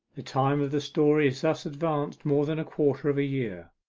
the time of the story is thus advanced more than a quarter of a year.